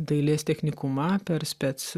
dailės technikumą per spec